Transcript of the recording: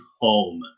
home